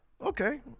Okay